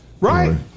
right